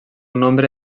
nombre